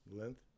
length